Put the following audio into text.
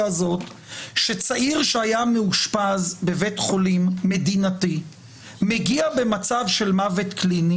הזאת שצעיר שהיה מאושפז בבית חולים מדינתי מגיע במצב של מוות קליני,